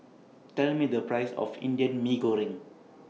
Tell Me The Price of Indian Mee Goreng